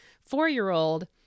four-year-old